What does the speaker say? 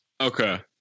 Okay